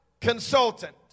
consultant